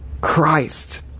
Christ